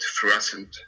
fluorescent